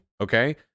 okay